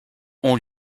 ont